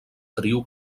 trio